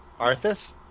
Arthas